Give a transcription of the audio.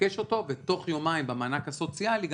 ותוך יומיים במענק הסוציאלי,